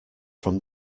from